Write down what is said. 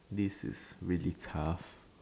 this is really tough